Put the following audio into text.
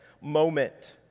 moment